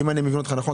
אם אני מבין אותך נכון,